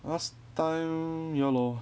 last time ya lor